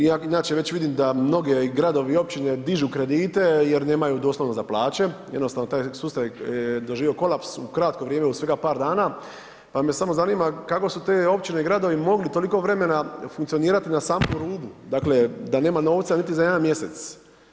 Inače već vidim da mnogi gradovi i općine dižu kredite jer nemaju doslovno za plaće, jednostavno taj sustav je doživio kolaps u kratko vrijeme u svega par dana, pa me samo zanima kako su te općine i gradovi mogli toliko vremena funkcionirati na samom rubu, da nema novca niti za jedan mjesec.